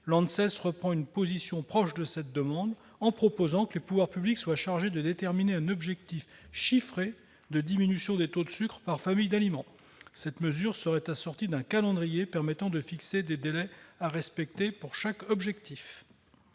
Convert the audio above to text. l'ANSES défendait une position proche de cette demande, en proposant que les pouvoirs publics soient chargés de déterminer un objectif chiffré de diminution des taux de sucre par famille d'aliments. Cette mesure serait assortie d'un calendrier permettant de fixer des délais à respecter pour chaque objectif.